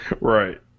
right